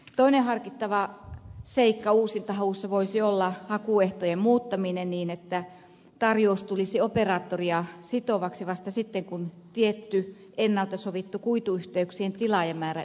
toinen harkittava seikka uusintahaussa voisi olla hakuehtojen muuttaminen niin että tarjous tulisi operaattoria sitovaksi vasta sitten kun tietty ennalta sovittu kuituyhteyksien tilaajamäärä ylittyy